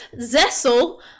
Zessel